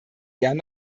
gern